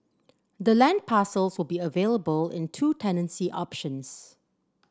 the land parcels will be available in two tenancy options